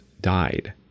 died